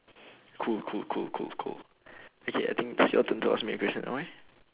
cool cool cool cool cool okay I think it's your turn to ask me a question